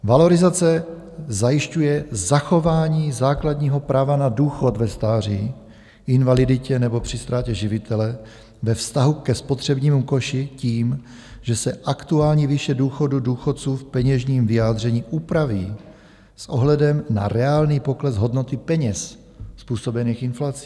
Valorizace zajišťuje zachování základního práva na důchod ve stáří, invaliditě nebo při ztrátě živitele ve vztahu ke spotřebnímu koši tím, že se aktuální výše důchodu důchodců v peněžním vyjádření upraví s ohledem na reálný pokles hodnoty peněz způsobený inflací.